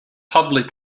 public